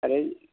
ओरै